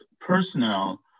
personnel